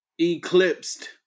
eclipsed